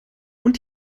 und